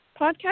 podcast